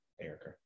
Erica